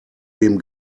dem